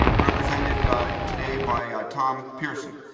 represented today by tom pierson.